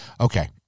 Okay